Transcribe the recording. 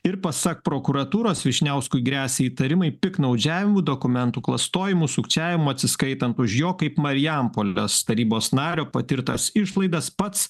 ir pasak prokuratūros vyšniauskui gresia įtarimai piktnaudžiavimu dokumentų klastojimu sukčiavimu atsiskaitant už jo kaip marijampolės tarybos nario patirtas išlaidas pats